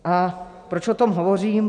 A proč o tom hovořím?